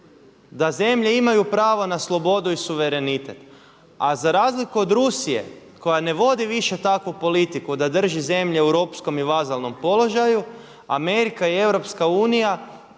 da zemlje imaju pravo na slobodu i suverenitet.“ A za razliku od Rusije koja ne vodi više takvu politiku da drži zemlje u ropskom i vazalnom položaju Amerika i EU